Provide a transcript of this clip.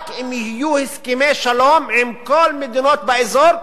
רק אם יהיו הסכמי שלום עם כל המדינות באזור,